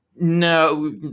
No